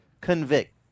Convict